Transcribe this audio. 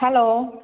hello